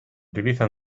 utiliza